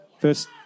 First